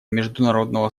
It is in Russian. международного